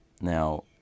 Now